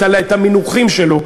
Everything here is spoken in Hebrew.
את המינוחים שלו,